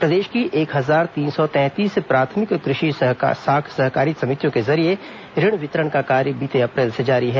प्रदेश की एक हजार तीन सौ तैंतीस प्राथमिक कृषि सहकारी साख समितियों के जरिये ऋण वितरण का कार्य बीते अप्रैल से जारी है